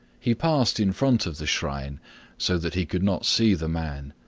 he passed in front of the shrine so that he could not see the man.